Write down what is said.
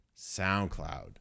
SoundCloud